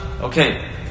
Okay